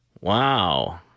Wow